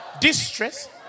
distress